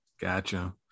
Gotcha